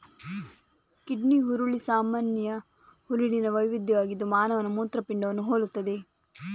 kidney ಹುರುಳಿ ಸಾಮಾನ್ಯ ಹುರುಳಿನ ವೈವಿಧ್ಯವಾಗಿದ್ದು ಮಾನವನ ಮೂತ್ರಪಿಂಡವನ್ನು ಹೋಲುತ್ತದೆ